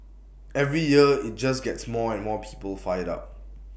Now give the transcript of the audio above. every year IT just gets more and more people fired up